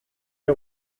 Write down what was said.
les